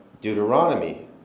Deuteronomy